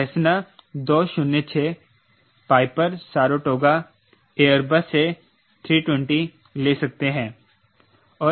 Cessna 206 Piper Saratoga Airbus A 320 ले सकते हैं